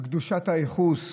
בקדושת הייחוס,